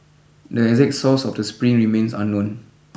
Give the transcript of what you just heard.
the exact source of the spring remains unknown